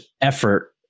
effort